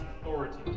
authority